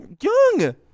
Young